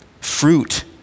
Fruit